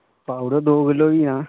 पाउड़ो दो किल्लो हरियां